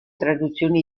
traduzioni